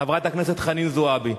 חברת הכנסת חנין זועבי,